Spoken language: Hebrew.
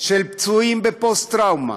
של פצועים בפוסט-טראומה